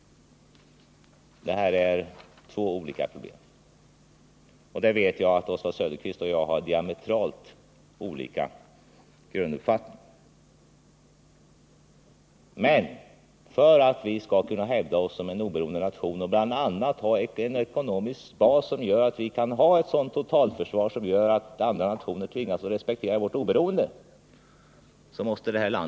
Det är här fråga om två olika problem. Oswald Söderqvist och jag har här diametralt motsatta grunduppfattningar. För att vår nation skall kunna hävda sitt oberoende måste vi ha en ekonomisk styrka som gör det möjligt för oss att ha ett sådant totalförsvar att andra nationer tvingas att respektera vårt oberoende.